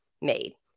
made